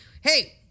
Hey